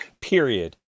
period